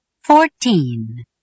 Fourteen